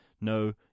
no